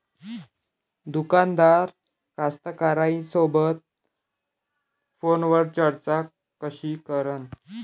दुकानदार कास्तकाराइसोबत फोनवर चर्चा कशी करन?